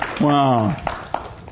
Wow